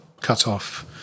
cutoff